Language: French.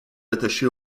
attachée